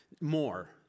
more